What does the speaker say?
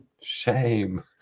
Shame